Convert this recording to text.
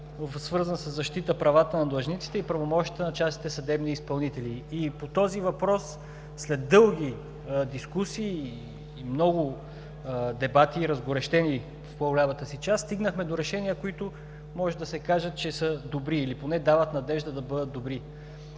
свързан със защита правата на длъжниците и правомощията на частните съдебни изпълнители. По този въпрос след дълги дискусии и много дебати – разгорещени в по-голямата си част, стигнахме до решения, които може да се каже, че са добри или поне дават надежда да бъдат добри.